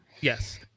Yes